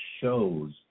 shows